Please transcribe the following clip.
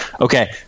Okay